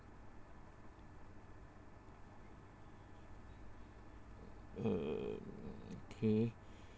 uh K